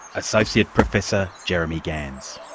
associate professor jeremy gans.